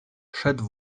szedł